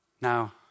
Now